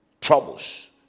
troubles